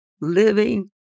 living